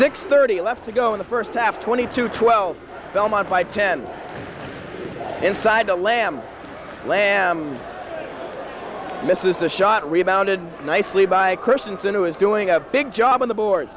six thirty left to go in the first half twenty to twelve belmont by ten inside the lam lam misses the shot rebounded nicely by christiansen who is doing a big job on the board